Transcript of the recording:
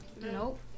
Nope